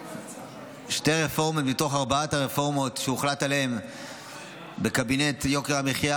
שתי רפורמות מתוך ארבע הרפורמות שהוחלט עליהן בקבינט יוקר המחיה